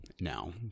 now